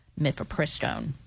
Mifepristone